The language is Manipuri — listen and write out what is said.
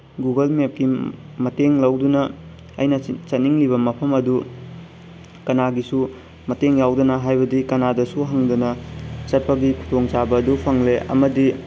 ꯒꯨꯒꯜ ꯃꯦꯞꯀꯤ ꯃꯇꯦꯡ ꯂꯧꯗꯨꯅ ꯑꯩꯅ ꯆꯠꯅꯤꯡꯂꯤꯕ ꯃꯐꯝ ꯑꯗꯨ ꯀꯅꯥꯒꯤꯁꯨ ꯃꯇꯦꯡ ꯌꯥꯎꯗꯅ ꯍꯥꯏꯕꯗꯤ ꯀꯅꯥꯗꯁꯨ ꯍꯪꯗꯅ ꯆꯠꯄꯒꯤ ꯈꯨꯗꯣꯡ ꯆꯥꯕ ꯑꯗꯨ ꯐꯪꯂꯦ ꯑꯃꯗꯤ